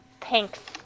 Thanks